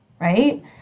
right